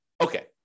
okay